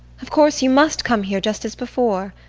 of course you must come here just as before.